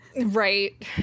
right